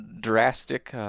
drastic